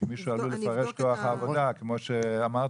מישהו עלול לפרש את כוח העבודה, כמו שאמרת,